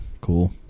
cool